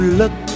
look